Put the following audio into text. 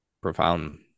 profound